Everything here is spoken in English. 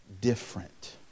different